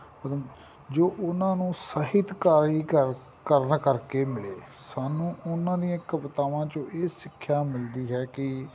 ਜੋ ਉਹਨਾਂ ਨੂੰ ਸਾਹਿਤਕਾਰੀ ਕਰ ਕਾਰਨਾਂ ਕਰਕੇ ਮਿਲੇ ਸਾਨੂੰ ਉਹਨਾਂ ਦੀਆਂ ਕਵਿਤਾਵਾਂ ਚੋਂ ਇਹ ਸਿੱਖਿਆ ਮਿਲਦੀ ਹੈ ਕਿ